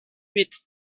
with